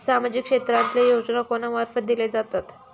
सामाजिक क्षेत्रांतले योजना कोणा मार्फत दिले जातत?